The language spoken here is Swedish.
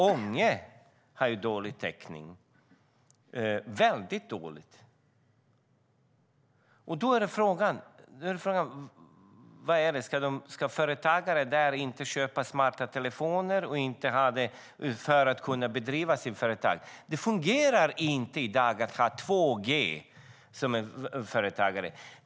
Ånge har en väldigt dålig täckning. Då är frågan: Ska företagare där inte köpa smarta telefoner för att kunna driva sina företag? Det fungerar inte i dag för en företagare med 2G.